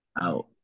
out